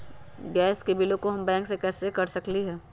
Gas के बिलों हम बैंक से कैसे कर सकली?